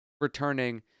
returning